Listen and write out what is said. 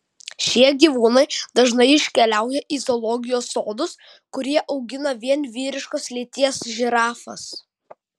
šie gyvūnai dažnai iškeliauja į zoologijos sodus kurie augina vien vyriškos lyties žirafas